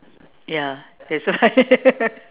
ya that's why